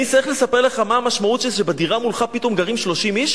אני צריך לספר לך מה המשמעות שבדירה מולך פתאום גרים 30 איש